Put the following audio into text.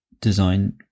design